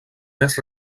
més